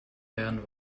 wären